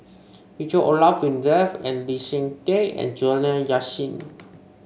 Richard Olaf Winstedt and Lee Seng Tee and Juliana Yasin